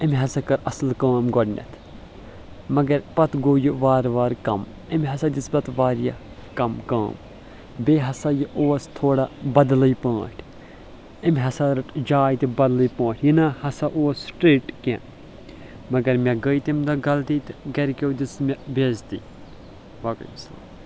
أمۍ ہسا کٔر اصل کٲم گۄڈٕنیتھ مگر پتہٕ گوٚو یہِ وارٕ وارٕ کم أمۍ ہسا دِژ پتہٕ واریاہ کم کٲم بیٚیہِ ہسا یہِ اوس تھوڑا بدلٕے پٲٹھۍ أمۍ ہسا رٔٹ جاے تہِ بدلٕۍ پٲٹھۍ یہِ نہ ہسا اوس سٹریٹ کینٛہہ مگر مےٚ گٔے تمہِ دۄہ غلطی تہٕ گرِکٮ۪و دِژ مےٚ بے عزتی باقٕے وسلام